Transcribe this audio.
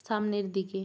সামনের দিকে